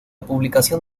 publicación